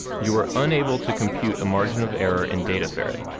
you are unable to compute a margin of error in dataferrett,